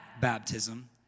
baptism